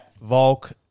Volk